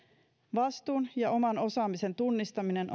vastuun ja oman osaamisen tunnistaminen